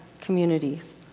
communities